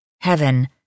heaven